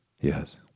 Yes